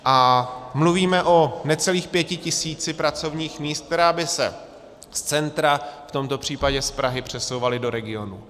A mluvíme o necelých pěti tisících pracovních míst, která by se z centra, v tomto případě z Prahy, přesouvala do regionů.